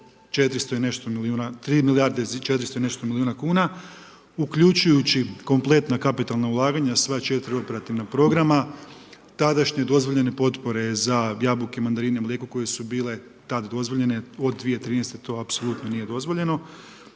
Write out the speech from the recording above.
bila 3,4 milijuna kuna uključujući kompletna kapitalna ulaganja sva 4 operativna programa, tadašnje dozvoljene potpore za jabuke, mandarine, mlijeko koje su bile tad dozvoljene, od 2013. to apsolutno nije dozvoljeno